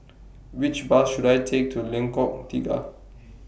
Which Bus should I Take to Lengkok Tiga